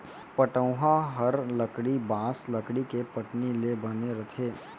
पटउहॉं हर लकड़ी, बॉंस, लकड़ी के पटनी ले बने रथे